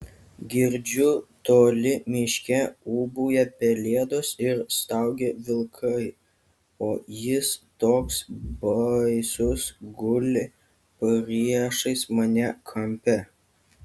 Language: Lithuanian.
girdžiu toli miške ūbauja pelėdos ir staugia vilkai o jis toks baisus guli priešais mane kampe